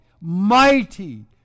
mighty